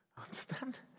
Understand